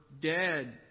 dead